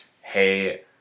hey